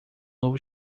novo